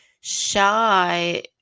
shy